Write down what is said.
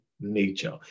nature